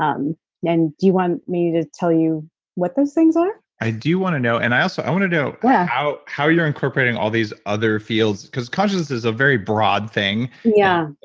um and do you want me to tell you what those things are? i do want to know and i so i want to know yeah how how you're incorporating all these other fields because consciousness is a very broad thing. yeah